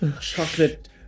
Chocolate